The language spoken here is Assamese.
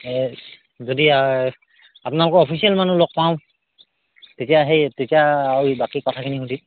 এই যদি আপোনালোকৰ অফিচিয়েল মানুহ লগ পাওঁ তেতিয়া সেই তেতিয়া আৰু এই বাকী কথাখিনি সুধিম